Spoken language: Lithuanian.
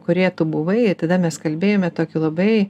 kurioje tu buvai tada mes kalbėjome tokiu labai